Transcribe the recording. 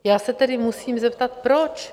Já se tedy musím zeptat proč?